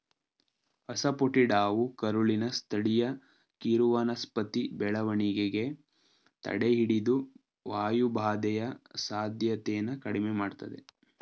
ಅಸಾಫೋಟಿಡಾವು ಕರುಳಿನ ಸ್ಥಳೀಯ ಕಿರುವನಸ್ಪತಿ ಬೆಳವಣಿಗೆ ತಡೆಹಿಡಿದು ವಾಯುಬಾಧೆಯ ಸಾಧ್ಯತೆನ ಕಡಿಮೆ ಮಾಡ್ತದೆ